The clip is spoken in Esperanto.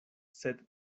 sed